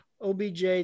OBJ